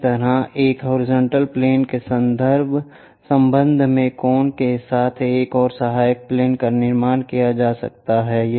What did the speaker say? इसी तरह एक हॉरिजॉन्टल प्लेन के संबंध में कोण के साथ एक और सहायक प्लेन का निर्माण किया जा सकता है